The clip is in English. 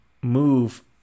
move